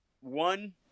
one